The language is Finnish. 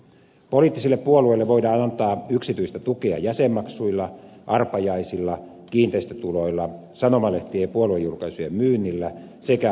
poliittisille puolueille voidaan antaa yksityistä tukea jäsenmaksuilla arpajaisilla kiinteistötuloilla sanomalehtien ja puoluejulkaisujen myynnillä sekä avustuksina